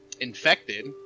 Infected